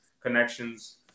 connections